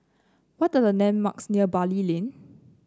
what are the landmarks near Bali Lane